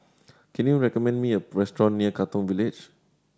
can you recommend me a restaurant near Katong Village